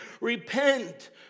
Repent